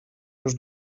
już